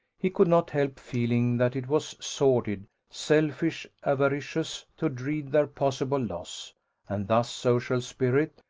he could not help feeling that it was sordid, selfish, avaricious, to dread their possible loss and thus social spirit,